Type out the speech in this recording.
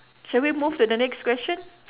shall we move to the next question